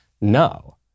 No